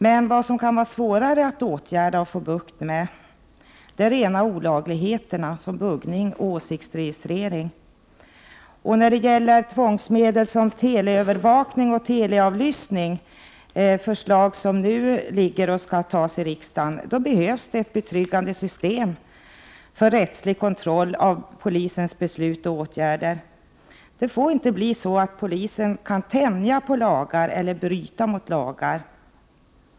Svårare är det att vidta åtgärder mot och få bukt med rena olagligheter såsom buggning och åsiktsregistrering. Vad gäller tvångsmedel som teleövervakning och telefonavlyssning behövs ett betryggande system för rättslig kontroll av polisens beslut och åtgärder. Förslag om sådana tvångsmedel föreligger och skall beslutas av riksdagen. Polisen skall inte få möjlighet att tänja på lagar eller bryta mot dem.